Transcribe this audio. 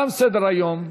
תם סדר-היום.